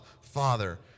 Father